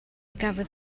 gafodd